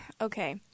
Okay